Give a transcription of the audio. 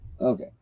Okay